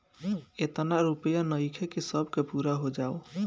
एतना रूपया नइखे कि सब के पूरा हो जाओ